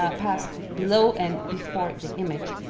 ah passed below and before the image,